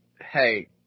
hey